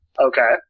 Okay